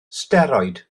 steroid